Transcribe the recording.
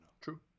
True